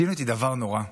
ציניות היא דבר נורא,